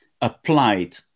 applied